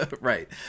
Right